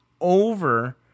over